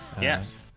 Yes